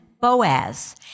Boaz